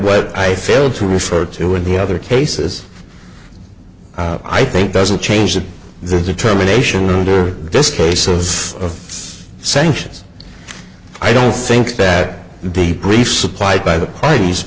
what i failed to refer to in the other cases i think doesn't change that there's a terminations under this case of sanctions i don't think that the brief supplied by the parties